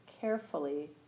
carefully